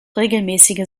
regelmäßige